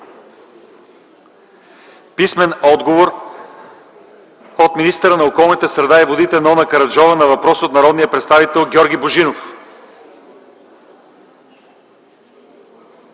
писмен отговор от министъра на околната среда и водите Нона Караджова на въпрос от народния представител Георги Божинов;